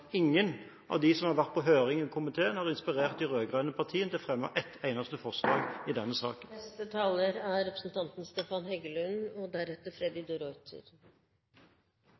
ingen av dem som har vært på høring i komiteen, har inspirert de rød-grønne partiene til å fremme ett eneste forslag i denne saken. Vi hørte fra venstresiden i valgkampen og har spesielt hørt fra representanten de Ruiter